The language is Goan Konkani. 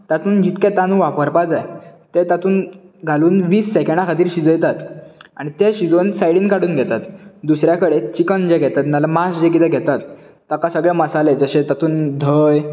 तातूंत जितके तांदूळ वापरपाक जाय ते तातूंत घालून वीस सेकेंडां खातीर शिजयतात आनी ते शिजोवन सायडीन काडून घेतात दुसऱ्या कडेन चिकन जे घेतात नाजाल्यार मांस जे कितें घेतात ताका सगळें मसाले जशें तातूंत धंय